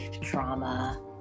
trauma